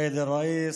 סייד א-ראיס,